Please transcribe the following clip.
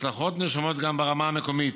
הצלחות נרשמות גם ברמה המקומית,